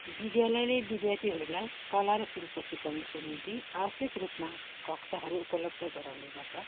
विद्यालयले विद्यार्थीहरूलाई कला र शिल्प सिकाउनको निम्ति आवश्यक रूपमा कक्षाहरू उपलब्ध गराउने गर्छ